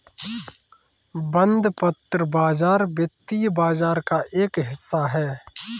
बंधपत्र बाज़ार वित्तीय बाज़ार का एक हिस्सा है